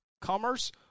Commerce